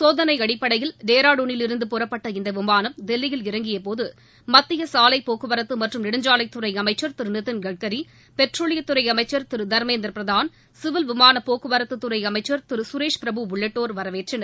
சோதனை அடிப்படையில் டேராடூனிலிருந்து புறப்பட்ட இந்த விமானம் தில்லியில் இறங்கியபோது மத்திய சாலை போக்குவரத்து மற்றும் நெடுஞ்சாலைத்துறை அசைச்சர் திரு நிதின் கட்கரி பெட்ரோலியத்துறை அமைச்சர் திரு தர்மேந்திர பிரதான் சிவில் விமான போக்குவரத்துத்துறை அமைச்சர் திரு சுரேஷ் பிரபு உள்ளிட்டோர் வரவேற்றனர்